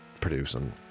producing